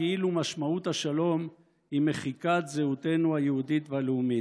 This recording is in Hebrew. כאילו משמעות השלום היא מחיקת זהותנו היהודית והלאומית.